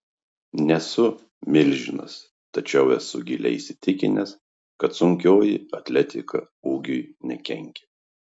nesu milžinas tačiau esu giliai įsitikinęs kad sunkioji atletika ūgiui nekenkia